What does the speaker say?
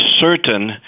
certain